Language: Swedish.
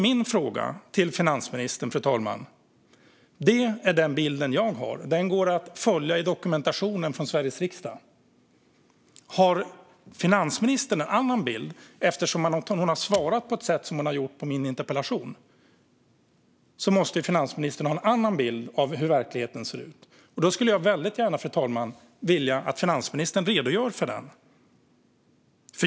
Detta är min bild, och den går att följa i dokumentationen från Sveriges riksdag. Då är min fråga: Har finansministern en annan bild? När hon besvarar min interpellation på det sätt hon gör måste hon ha en annan bild av hur verkligheten ser ut, och jag skulle väldigt gärna vilja att finansministern redogör för den.